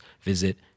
visit